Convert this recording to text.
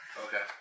Okay